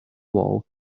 wall